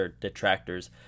detractors